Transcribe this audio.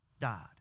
died